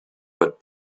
but